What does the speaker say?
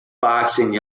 boxing